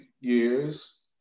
years